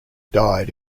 died